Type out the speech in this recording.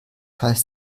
heißt